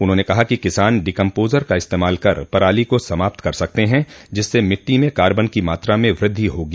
उन्होंने कहा कि किसान डीकम्पोजर का इस्तेमाल कर पराली को समाप्त कर सकते हैं जिससे मिट्टी में कार्बन की मात्रा में वृद्धि होगी